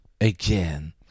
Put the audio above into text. again